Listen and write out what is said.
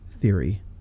theory